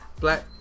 black